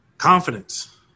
Confidence